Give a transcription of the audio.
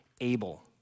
Abel